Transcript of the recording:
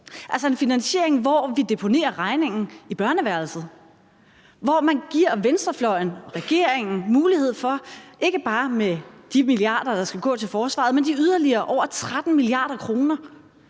altså en finansiering, hvor vi deponerer regningen i børneværelset; hvor man giver venstrefløjen og regeringen en mulighed for at dele ud af ikke bare de milliarder, der skal gå til forsvaret, men også af de yderligere over 13 mia. kr.